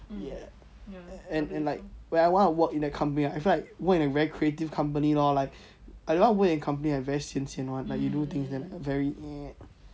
and and like where I want to work in a company I feel like work in a very creative company lor like I don't want to work in company like sian sian one like eh